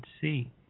see